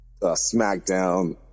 SmackDown